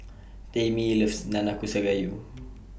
Tamie loves Nanakusa Gayu